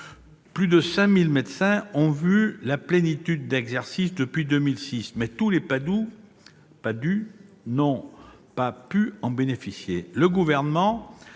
Plus de 5 000 médecins ont obtenu la plénitude d'exercice depuis 2010, mais tous les PADHUE n'ont pas pu en bénéficier. Le Gouvernement